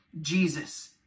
Jesus